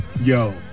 Yo